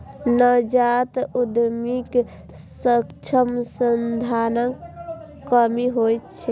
नवजात उद्यमीक समक्ष संसाधनक कमी होइत छैक